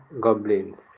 goblins